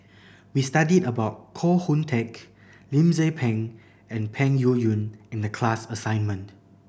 we studied about Koh Hoon Teck Lim Tze Peng and Peng Yuyun in the class assignment